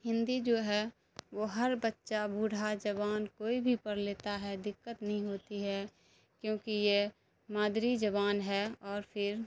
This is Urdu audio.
ہندی جو ہے وہ ہر بچہ بوڑھا جوان کوئی بھی پڑھ لیتا ہے دقت نہیں ہوتی ہے کیونکہ یہ مادری زبان ہے اور پھر